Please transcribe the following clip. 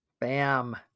Bam